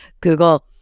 Google